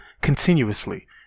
continuously